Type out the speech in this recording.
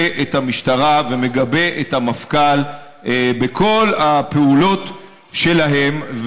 את המשטרה ומגבה את המפכ"ל בכל הפעולות שלהם.